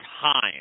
time